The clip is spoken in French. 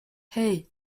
hey